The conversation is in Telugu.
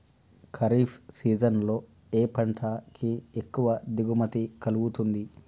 ఖరీఫ్ సీజన్ లో ఏ పంట కి ఎక్కువ దిగుమతి కలుగుతుంది?